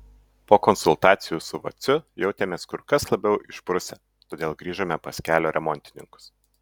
po konsultacijų su vaciu jautėmės kur kas labiau išprusę todėl grįžome pas kelio remontininkus